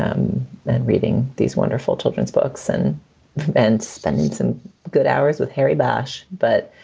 um then reading these wonderful children's books and then spending some good hours with harry bosch. but